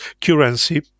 currency